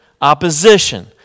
opposition